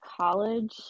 college